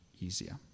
easier